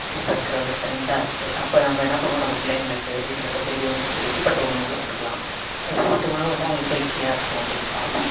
இப்போ இருக்கிற ஒரு ட்ரெண்டாக இருக்குது அப்போ நம்ம என்ன பண்ணுவோம் நம்ம பிள்ளைங்களுக்கு வீட்டில இருக்க பெரியவங்களுக்கு எப்படிப்பட்ட உணவுகளை கொடுக்கலாம் எப்படிப்பட்ட உணவு வந்து அவங்களுக்கு ஹெல்த்தியாக இருக்கும் அப்படினு பார்ப்போம்